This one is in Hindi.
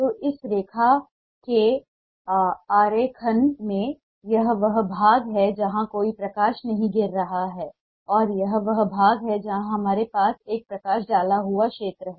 तो इस रेखा के आरेखण में यह वह भाग है जहाँ कोई प्रकाश नहीं गिर रहा है और यह वह भाग है जहाँ हमारे पास एक प्रकाश डाला हुआ क्षेत्र है